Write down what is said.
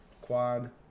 quad